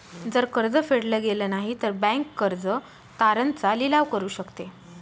जर कर्ज फेडल गेलं नाही, तर बँक कर्ज तारण चा लिलाव करू शकते